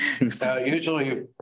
Usually